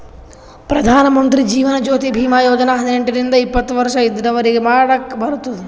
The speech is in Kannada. ಪ್ರಧಾನ್ ಮಂತ್ರಿ ಜೀವನ್ ಜ್ಯೋತಿ ಭೀಮಾ ಯೋಜನಾ ಹದಿನೆಂಟ ರಿಂದ ಎಪ್ಪತ್ತ ವರ್ಷ ಇದ್ದವ್ರಿಗಿ ಮಾಡಾಕ್ ಬರ್ತುದ್